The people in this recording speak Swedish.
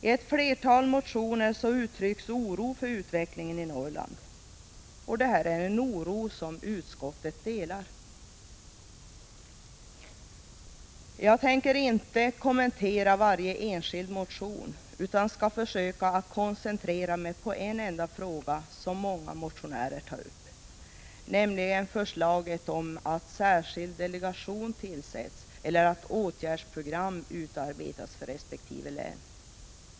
I ett flertal motioner uttrycks oro för utvecklingen i Norrland, och detta är en oro som utskottet delar. Jag tänker inte kommentera varje enskild motion, utan skall koncentrera mig på en enda fråga som många motionärer tar upp, nämligen förslag om att särskild delegation tillsätts eller att åtgärdsprogram utarbetas för resp. län.